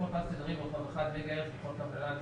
לכל פס תדרים ברוחב 1 מגה-הרץ בכל קו נל"ן,